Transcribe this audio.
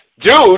Dude